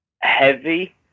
heavy